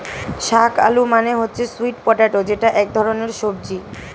শাক আলু মানে হচ্ছে স্যুইট পটেটো যেটা এক ধরনের সবজি